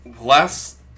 last